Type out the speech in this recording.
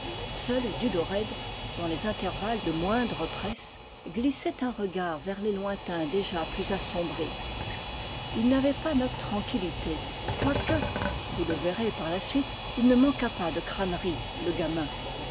seul dudored dans les intervalles de moindre presse glissait un regard vers les lointains déjà plus assom bris il n'avait pas notre tranquillité quoique vous le verrez par la suite il ne manquât pas de crânerie le gamin